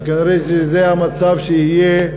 וכנראה זה המצב שיהיה,